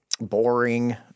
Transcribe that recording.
boring